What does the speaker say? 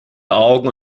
augen